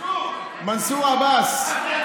מנסור עבאס, מנסור,